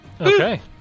Okay